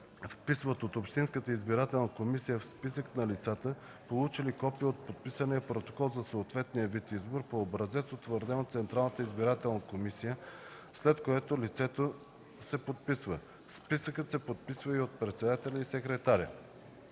вписват от общинската избирателна комисия в списък на лицата, получили копие от подписания протокол за съответния вид избор, по образец утвърден от Централната избирателна комисия, след което лицето се подписва. Списъкът се подписва и от председателя и секретаря.”